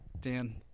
Dan